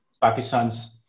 Pakistan's